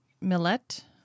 Millet